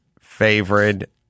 favorite